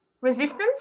Resistance